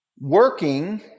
working